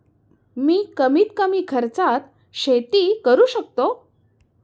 मी कमीत कमी खर्चात शेती कशी करू शकतो?